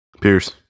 Pierce